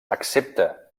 accepta